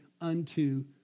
unto